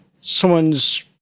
someone's